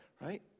right